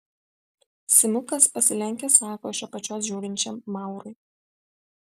simukas pasilenkęs sako iš apačios žiūrinčiam maurui